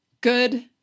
good